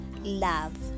love